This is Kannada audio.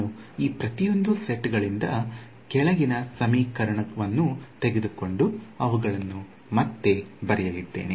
ನಾನು ಈ ಪ್ರತಿಯೊಂದು ಸೆಟ್ಗಳಿಂದ ಕೆಳಗಿನ ಸಮೀಕರಣವನ್ನು ತೆಗೆದುಕೊಂಡು ಅವುಗಳನ್ನು ಮತ್ತೆ ಬರೆಯಲಿದ್ದೇನೆ